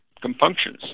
compunctions